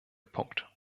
punkt